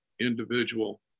individual